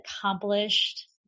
accomplished